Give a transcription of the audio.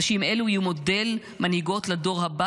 נשים אלו יהוו מודל מנהיגות לדור הבא